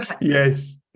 Yes